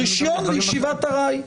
רישיון ישיבת ארעי.